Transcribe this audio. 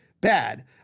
bad